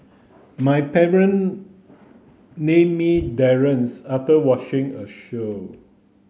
my parent named me after watching a show